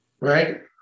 Right